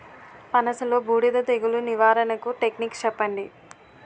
పనస లో బూడిద తెగులు నివారణకు టెక్నిక్స్ చెప్పండి?